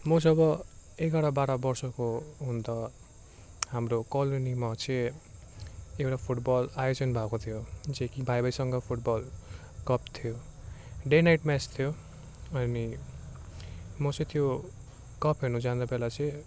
म जब एघार बाह्र वर्षको हुँदा हाम्रो कलोनीमा चाहिँ एउटा फुटबल आयोजन भएको थियो जुन कि भाइ भाइ सङ्घ फुटबल कप थियो डे नाइट म्याच थियो अनि म चाहिँ त्यो कप हेर्न जाने बेला चाहिँ